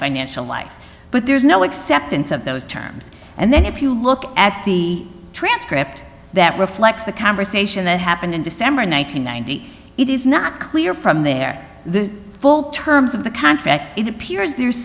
financial life but there's no acceptance of those terms and then if you look at the transcript that reflects the conversation that happened in december one thousand nine hundred and eighty it is not clear from there the full terms of the contract it appears there's